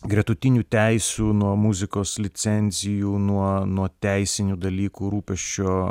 gretutinių teisių nuo muzikos licencijų nuo nuo teisinių dalykų rūpesčio